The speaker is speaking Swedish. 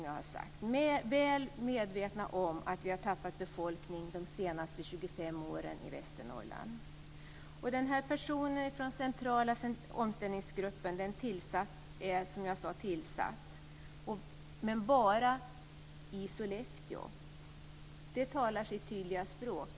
Vi är mycket väl medvetna om att Västernorrland har fått en befolkningsminskning under de senaste 25 åren. En person från den centrala omställningsgruppen har, som jag sade, satts in bara för Sollefteå. Det talar sitt tydliga språk.